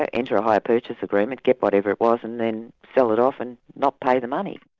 ah enter a hire purchase agreement, get whatever it was, and then sell it off and not pay the money.